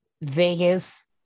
Vegas